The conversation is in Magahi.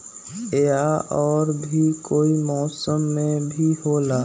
या और भी कोई मौसम मे भी होला?